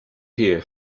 here